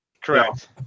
Correct